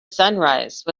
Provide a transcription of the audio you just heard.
sunrise